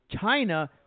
China